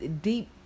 deep